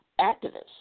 activists